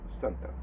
sentence